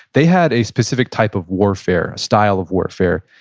they had a specific type of warfare, style of warfare.